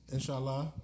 Inshallah